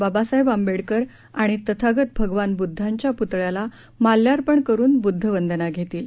बाबासाहेब आंबेडकर आणि तथागत भगवान बुद्धाच्या पुतळ्याला माल्यार्पण करून बुद्ध वंदना घेतील